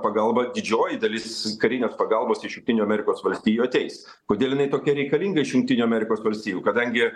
pagalba didžioji dalis karinės pagalbos iš jungtinių amerikos valstijų ateis kodėl jinai tokia reikalinga iš jungtinių amerikos valstijų kadangi